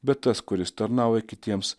bet tas kuris tarnauja kitiems